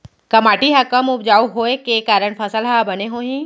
का माटी हा कम उपजाऊ होये के कारण फसल हा बने होही?